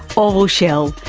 orville schell,